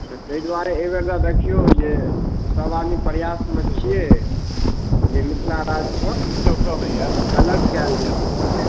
ताहि दुआरे एहि बेर का देखिऔ जे सब आदमी प्रआसमे छियै जे मिथिला राज्यके अलग कयल जाय